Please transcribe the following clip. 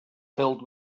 filled